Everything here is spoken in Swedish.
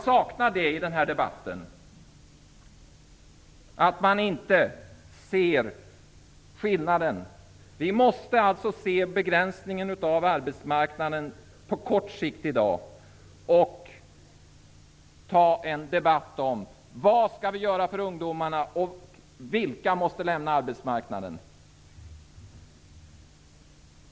Vi måste se begränsningen i arbetsmarknaden på kort sikt i dag och ta en debatt om vad vi skall göra för ungdomarna och om vilka som måste lämna arbetsmarknaden.